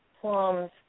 plums